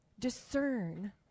discern